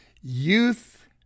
youth